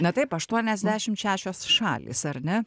na taip aštuoniasdešim šešios šalys ar ne